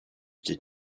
did